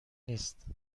نیست